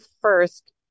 first